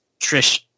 Trish